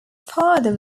father